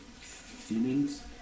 feelings